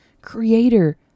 creator